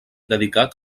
dedicat